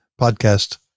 podcast